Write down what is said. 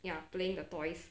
ya playing the toys